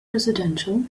residential